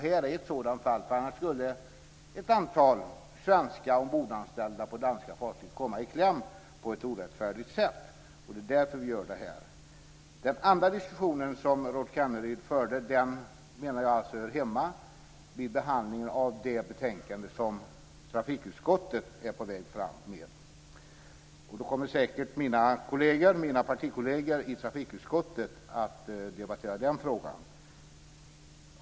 Här är ett sådant fall, för annars skulle ett antal svenska ombordanställda på danska fartyg komma i kläm på ett orättfärdigt sätt. Det är därför som vi gör detta. Den andra diskussionen som Rolf Kenneryd förde hör hemma vid behandlingen av det betänkande som trafikutskottet är på väg att lägga fram. Då kommer säkert mina partikolleger i trafikutskottet att behandla den frågan.